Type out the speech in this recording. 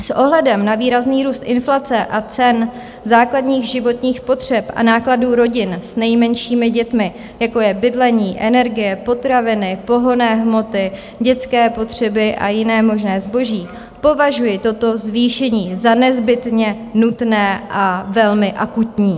S ohledem na výrazný růst inflace a cen základních životních potřeb a nákladů rodin s nejmenšími dětmi, jako je bydlení, energie, potraviny, pohonné hmoty, dětské potřeby a jiné možné zboží, považuji toto zvýšení za nezbytně nutné a velmi akutní.